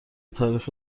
تاریخ